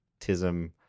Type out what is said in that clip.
Tism